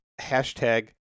hashtag